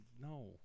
No